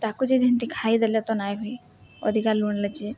ଆକୁ ଯଦି ଏମିତି ଖାଇଦେଲେ ତ ନାଇଁ ବିି ଅଧିକା ଲୁଣ ଲାଗଛି